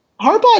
Harbaugh